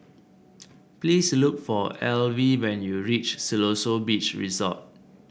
please look for Alvie when you reach Siloso Beach Resort